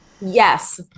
Yes